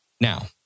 Now